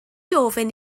ofyn